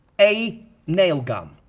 a nail gun,